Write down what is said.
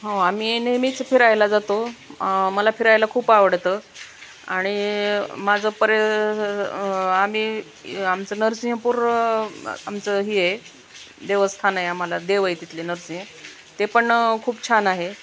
हो आम्ही नेहमीच फिरायला जातो मला फिरायला खूप आवडतं आणि माझं पर आम्ही आमचं नरसिंहपूर आमचं ही आहे देवस्थान आहे आम्हाला देव आहे तिथले नरसिंह ते पण खूप छान आहे